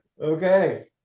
Okay